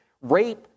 Rape